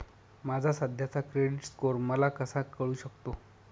माझा सध्याचा credit score मला कसा कळू शकतो?